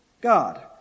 God